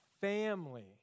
family